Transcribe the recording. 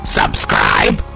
subscribe